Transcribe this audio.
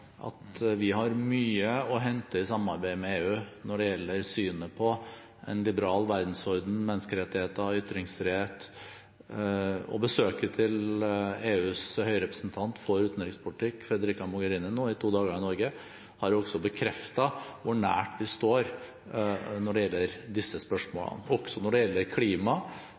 at vi har mye å hente i samarbeidet med EU når det gjelder synet på en liberal verdensorden, menneskerettigheter og ytringsfrihet. Besøket til EUs høyrepresentant for utenrikspolitikk, Frederica Mogherini, i Norge – over to dager – har bekreftet hvor nært vi står når hverandre det gjelder disse spørsmålene. Det gjelder også klima